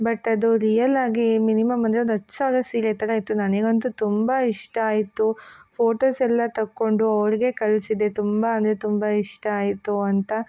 but ಅದು ರಿಯಲಾಗಿ minimum ಅಂದರೆ ಒಂದು ಹತ್ತು ಸಾವಿರ ಸೀರೆ ಥರ ಇತ್ತು ನನಗಂತೂ ತುಂಬ ಇಷ್ಟ ಆಯಿತು ಫೋಟೋಸೆಲ್ಲ ತಕ್ಕೊಂಡು ಅವರಿಗೆ ಕಳಿಸಿದೆ ತುಂಬ ಅಂದರೆ ತುಂಬ ಇಷ್ಟ ಆಯಿತು ಅಂತ